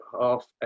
half